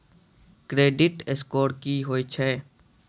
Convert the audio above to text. Credit score की होय छै?